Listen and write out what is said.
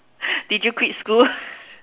did you quit school